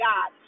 God